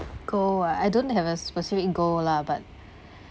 goal ah I don't have a specific goal lah but